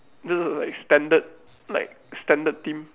this is like standard like standard team